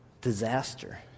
disaster